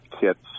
kits